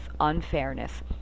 unfairness